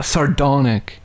Sardonic